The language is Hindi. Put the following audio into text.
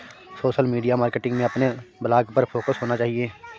सोशल मीडिया मार्केटिंग में अपने ब्लॉग पर फोकस होना चाहिए